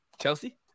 Chelsea